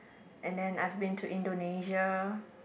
and then I've been to Indonesia